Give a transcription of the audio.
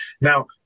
Now